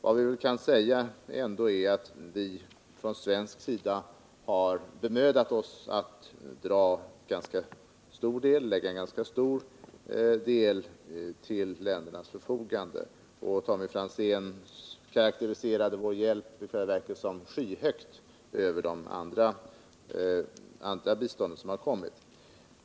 Vi har från svensk sida bemödat oss om att ställa ett ganska stort bistånd till ländernas förfogande. Tommy Franzén karakteriserade vår hjälp till Vietnam och Laos som skyhögt större än det andra bistånd som har kommit.